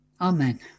Amen